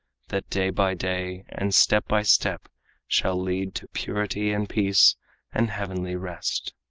that day by day and step by step shall lead to purity and peace and heavenly rest.